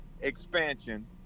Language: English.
expansion